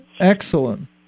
Excellent